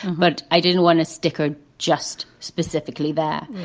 but i didn't want to stickered just specifically that.